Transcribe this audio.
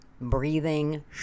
breathing